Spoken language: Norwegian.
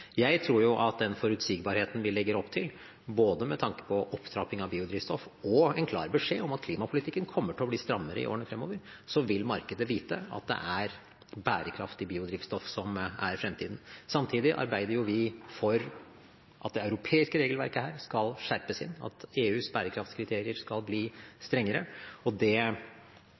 Jeg tror at med den forutsigbarheten vi legger opp til både med tanke på opptrapping av biodrivstoff og en klar beskjed om at klimapolitikken kommer til å bli strammere i årene fremover, vil markedet vite at det er bærekraftig biodrivstoff som er fremtiden. Samtidig arbeider vi for at det europeiske regelverket her skal skjerpes inn, at EUs bærekraftskriterier skal bli strengere, og det